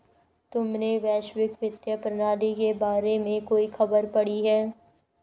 तुमने वैश्विक वित्तीय प्रणाली के बारे में कोई खबर पढ़ी है?